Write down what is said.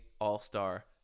all-star